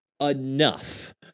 enough